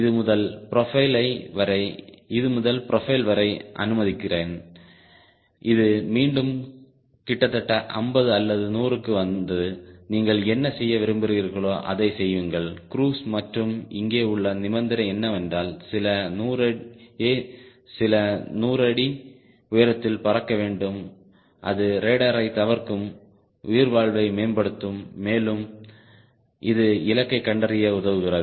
இது முதல் ப்ரொஃபைல் ஐ வரைய அனுமதிக்கிறேன் இது மீண்டும் கிட்டத்தட்ட 50 அல்லது 100 க்கு வந்து நீங்கள் என்ன செய்ய விரும்புகிறீர்களோ அதைச் செய்யுங்கள் க்ரூஸ் மற்றும் இங்கே உள்ள நிபந்தனை என்னவென்றால் சில 100 அடி உயரத்தில் பறக்க வேண்டும் அது ரேடாரைத் தவிர்க்கும் உயிர்வாழ்வை மேம்படுத்தும் மேலும் இது இலக்கைக் கண்டறிய உதவுகிறது